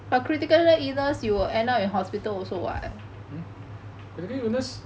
mm critical illness